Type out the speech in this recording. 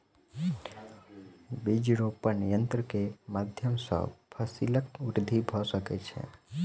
बीज रोपण यन्त्र के माध्यम सॅ फसीलक वृद्धि भ सकै छै